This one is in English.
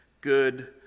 good